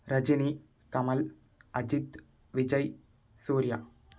Rajini Kamal Ajith Vijay Surya